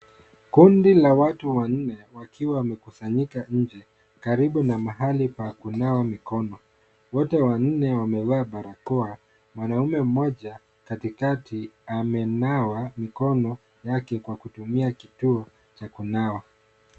Kundi la watu wanne wakiwa wamekisanyika nje karibu na pahali pa kunawa mikono, wote wanne wamevaa barakoa, mwanaume mmoja katikati amenawa mikono yake kwa kutumia kituo cha kunawa.